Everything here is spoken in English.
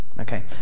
Okay